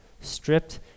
stripped